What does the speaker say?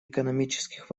экономических